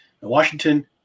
Washington